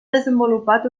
desenvolupat